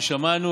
כששמענו